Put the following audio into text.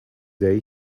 day